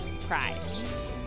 pride